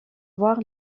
voire